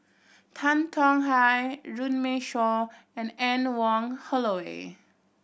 Tan Tong Hye Runme Shaw and Anne Wong Holloway